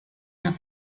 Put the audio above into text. una